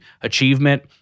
Achievement